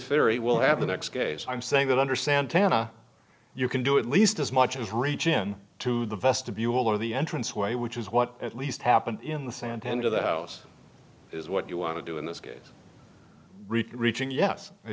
theory we'll have the next case i'm saying that under santana you can do at least as much as reach in to the vestibule of the entrance way which is what at least happened in the sand into the house is what you want to do in this case reaching yes i